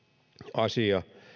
asia